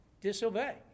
disobey